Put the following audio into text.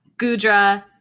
Gudra